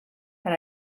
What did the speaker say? but